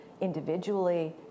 individually